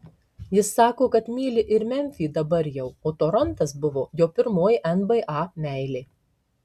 jis sako kad myli ir memfį dabar jau o torontas buvo jo pirmoji nba meilė